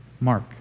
Mark